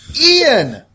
Ian –